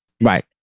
Right